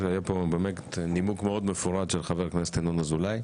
היה פה נימוק מאוד מפורט של חבר הכנסת ינון אזולאי.